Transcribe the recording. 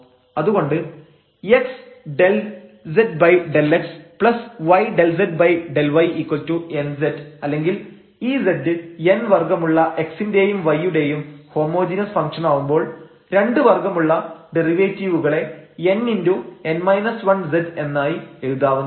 അതുകൊണ്ട് x∂ z ∂ x y ∂ z ∂y nz അല്ലെങ്കിൽ ഈ z n വർഗ്ഗമുള്ള x ന്റെയും y യുടെയും ഹോമോജീനസ് ഫംഗ്ഷൻ ആവുമ്പോൾ 2 വർഗ്ഗമുള്ള ഡെറിവേറ്റീവുകളെ nz എന്നായി എഴുതാവുന്നതാണ്